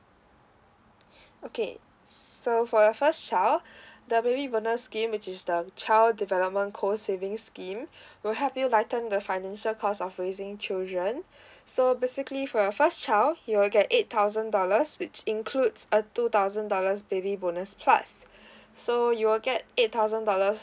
okay so for your first child the baby bonus scheme which is the child development co saving scheme will help you lighten the financial cost of raising children so basically for your first child he will get eight thousand dollars which includes a two thousand dollars baby bonus plus so you will get eight thousand dollars